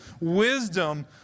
Wisdom